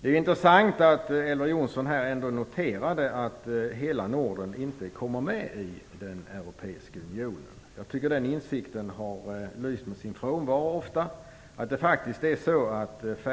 Det är intressant att Elver Jonsson här ändå noterade att hela Norden inte kommer med i den europeiska unionen. Jag tycker att den insikten ofta har lyst med sin frånvaro. Det är faktiskt så att Det